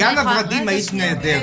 בגן הוורדים היית נהדרת.